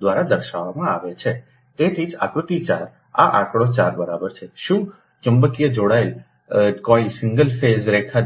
તેથી જ આકૃતિ 4 આ આંકડો 4 બરાબર છેશો ચુંબકીય જોડાયેલી કોઇલ સિંગલ ફેઝ રેખા